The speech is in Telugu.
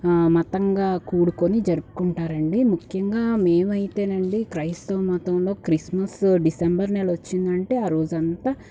మతంగా కూడుకొని జరుపుకుంటారండి ముఖ్యంగా మేమైతేనండి క్రైస్తవ మతంలో క్రిస్మస్ డిసెంబర్ నెల వచ్చిందంటే ఆ రోజంత